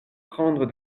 prendre